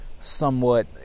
somewhat